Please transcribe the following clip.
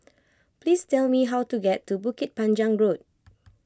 please tell me how to get to Bukit Panjang Road